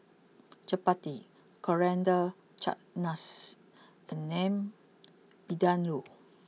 Chapati Coriander Chutney and Lamb Vindaloo